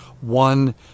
one